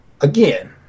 again